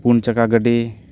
ᱯᱩᱱ ᱪᱟᱠᱟ ᱜᱟᱹᱰᱤ